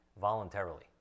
voluntarily